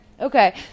Okay